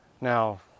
Now